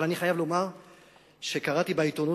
אבל אני חייב לומר שקראתי היום בעיתונים